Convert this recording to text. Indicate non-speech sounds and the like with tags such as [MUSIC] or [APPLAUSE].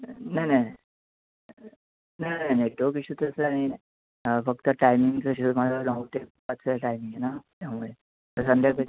नाही नाही नाही नाही नाही तो इश्यू तसा नाही आहे हां फक्त टायमिंगचा [UNINTELLIGIBLE] नऊ ते पाचचं टायमिंग आहे ना त्यामुळे मग संध्याकाळी